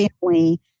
family